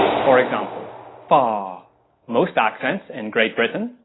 for example far most accents in great britain,